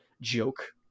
Joke